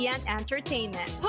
Entertainment